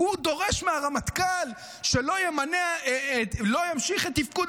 הוא דורש מהרמטכ"ל שלא ימשיך את תפקוד